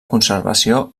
conservació